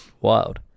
Wild